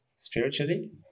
spiritually